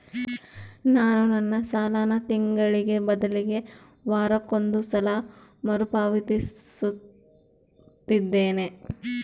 ನಾನು ನನ್ನ ಸಾಲನ ತಿಂಗಳಿಗೆ ಬದಲಿಗೆ ವಾರಕ್ಕೊಂದು ಸಲ ಮರುಪಾವತಿಸುತ್ತಿದ್ದೇನೆ